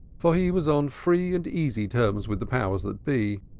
for he was on free and easy terms with the powers that be,